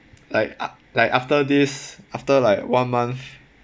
like a~ like after this after like one month